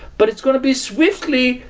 but it's going to be swiftly,